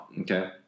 Okay